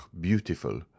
beautiful